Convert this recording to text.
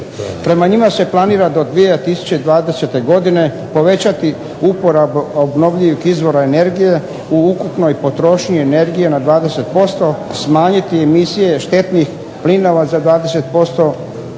Prema njima se planira do 2020. godine povećati uporabu obnovljivih izvora energije u ukupnoj potrošnji energije na 20%, smanjiti emisije štetnih plinova za 20%,